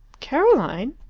caroline!